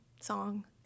song